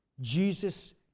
Jesus